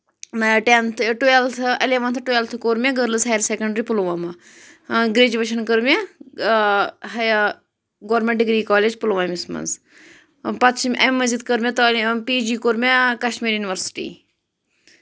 tenth twelfth eleventh twelfth کوٚر مےٚ girls higher secondary Pulwama graduation کٔر مےٚ گورمیٚنٹ ڈِگری کالج پُلوامِس منٛز پَتہٕ چھُ اَمہِ مٔزیٖد کٔر مےٚ تعلیٖم پی جی کوٚر مےٚ کَشمیٖر یونیورسِٹی